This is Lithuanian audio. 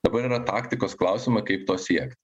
dabar yra taktikos klausimai kaip to siekt